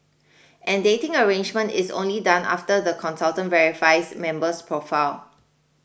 and dating arrangement is only done after the consultant verifies member's profile